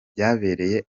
byabereye